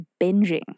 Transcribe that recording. binging